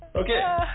Okay